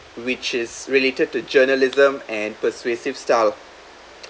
which is related to journalism and persuasive style